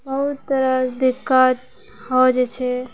बहुत तरह दिक्कत हो जाइ छै